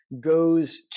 goes